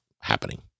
happening